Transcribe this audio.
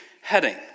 heading